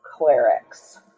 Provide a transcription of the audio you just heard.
Clerics